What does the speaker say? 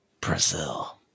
Brazil